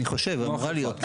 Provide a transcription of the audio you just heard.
אני חושב, היא אמורה להיות.